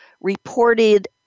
reported